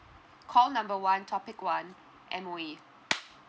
call number one topic one M_O_E